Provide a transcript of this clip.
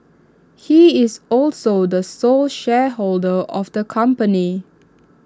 he is also the sole shareholder of the company